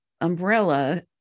umbrella